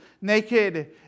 naked